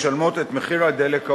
המשלמות את מחיר הדלק העולמי.